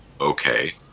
okay